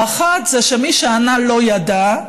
האחת זה שמי שענה לא ידע,